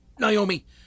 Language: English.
Naomi